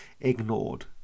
ignored